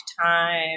time